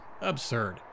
Absurd